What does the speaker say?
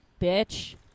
bitch